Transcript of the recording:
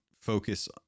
focus